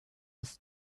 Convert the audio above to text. was